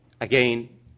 again